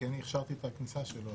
כי אני הכשרתי את הכניסה שלו,